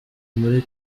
muri